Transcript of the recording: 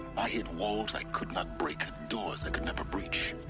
i hit walls i could not break, doors i could never breach.